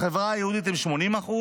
בחברה היהודית הם 80%,